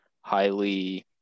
highly